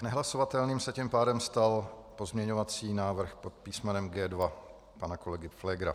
Nehlasovatelným se tím pádem stal pozměňovací návrh pod písmenem G2 pana kolegy Pflégera.